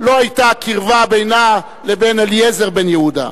לא היתה קרבה בינה לבין אליעזר בן-יהודה.